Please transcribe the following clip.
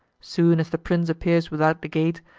soon as the prince appears without the gate,